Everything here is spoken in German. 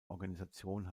organisation